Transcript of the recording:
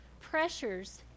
pressures